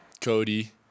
Cody